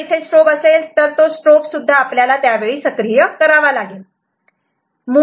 जर इथे स्ट्रोब असेल तर स्ट्रोब सुद्धा आपल्याला त्यावेळी सक्रिय करावा लागेल